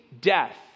death